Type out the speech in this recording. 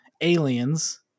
aliens